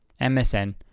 MSN